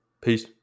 Peace